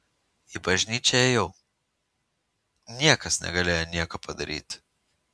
į bažnyčią ėjau niekas negalėjo nieko padaryti